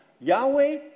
Yahweh